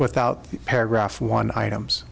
without paragraph one items